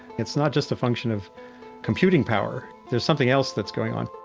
it's not just a function of computing power, there's something else that's going on